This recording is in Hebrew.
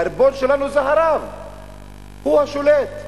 הריבון שלנו זה הרב, הוא השולט.